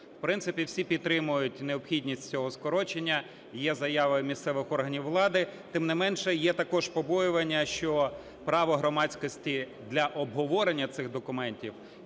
В принципі, всі підтримують необхідність цього скорочення. І є заява місцевих органів влади, тим не менше, є також побоювання, що право громадськості для обговорення цих документів